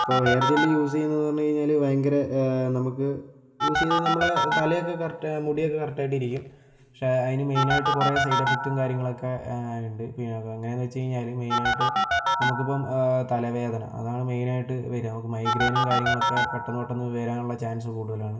ഇപ്പോൾ hair gel use ചെയ്യുന്നതെന്നു പറഞ്ഞു കഴിഞ്ഞാൽ ഭയങ്കര നമുക്ക് യൂസ് ചെയ്താൽ നമ്മളെ തലയൊക്കെ കറക്റ്റ് മുടിയൊക്കെ കറക്റ്റായിട്ടിരിക്കും പക്ഷെ അതിനു മെയിനായിട്ട് കുറേ സൈഡ് എഫക്റ്റും കാര്യങ്ങളൊക്കെ ഉണ്ട് പിന്നെ എങ്ങനെയെന്നു വെച്ചുകഴിഞ്ഞാൽ മെയിനായിട്ട് നമുക്ക് ഇപ്പോൾ തലവേദന അതാണ് മെയിനായിട്ട് വരിക നമുക്ക് മൈഗ്രൈനും കാര്യങ്ങളൊക്കെ പെട്ടന്ന് പെട്ടന്ന് വരാനുള്ള ചാൻസ് കൂടുതലാണ്